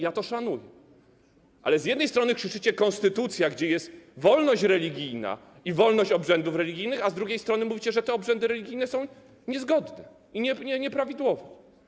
Ja to szanuję, ale z jednej strony krzyczycie: konstytucja, gdzie jest wolność religijna i wolność obrzędów religijnych, a z drugiej strony mówicie, że te obrzędy religijne są niezgodne i nieprawidłowe.